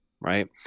right